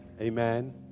Amen